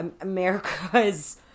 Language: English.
America's